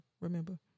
remember